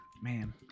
man